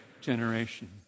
generation